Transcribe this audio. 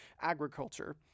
Agriculture